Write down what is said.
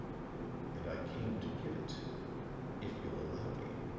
and i came to give it if you'll allow me,